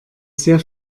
sehr